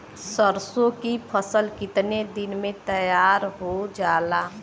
सरसों की फसल कितने दिन में तैयार हो जाला?